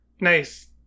Nice